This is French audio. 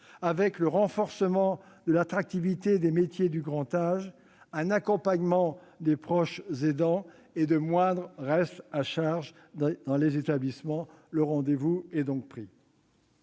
du renforcement de l'attractivité des métiers du grand âge, de l'accompagnement pour les proches aidants et de moindres restes à charge dans les établissements. Le rendez-vous est donc pris.